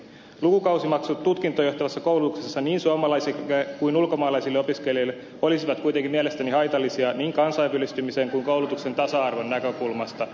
lukukausimaksut tutkintoon johtavassa koulutuksessa niin suomalaisille kuin ulkomaalaisille opiskelijoille olisivat kuitenkin mielestäni haitallisia niin kansainvälistymisen kuin koulutuksen tasa arvon näkökulmasta